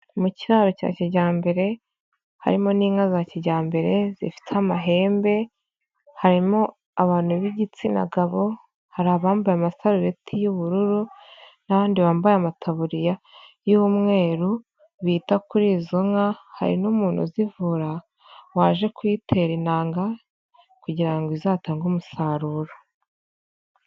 Mu kiraro cya kijyambere harimo n'inka za kijyambere zifite amahembe, harimo abantu b'igitsina gabo, hari abambaye amasarubeti y'ubururu n'abanhandi bambaye amataburiya y'umweru bita kuri izo nka, hari n'umuntu uzivura waje kuyitera intangaga kugira ngo izatange umusaruro.